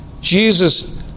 Jesus